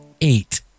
Eight